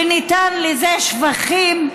וניתנו לזה שבחים.